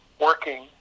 working